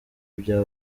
bya